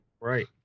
Right